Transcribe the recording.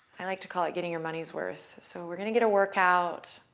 i like to call it getting your money's worth. so we're going to get a workout.